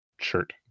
shirt